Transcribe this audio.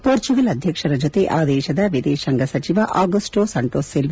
ಮೋರ್ಚುಗಲ್ ಅಧ್ಯಕ್ಷರ ಜೊತೆ ಆ ದೇಶದ ವಿದೇಶಾಂಗ ಸಚಿವ ಆಗುಸ್ನೋ ಸಂಟೋಸ್ ಸಿಲ್ಲ